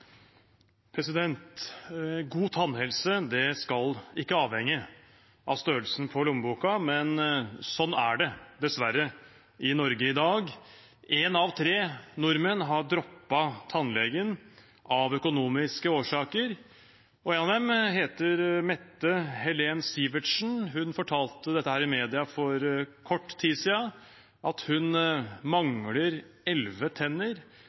God tannhelse skal ikke avhenge av størrelsen på lommeboka, men sånn er det dessverre i Norge i dag. Én av tre nordmenn har droppet tannlegen av økonomiske årsaker. En av dem heter Mette Helen Sivertsen. Hun fortalte til media for kort tid siden at hun mangler elleve tenner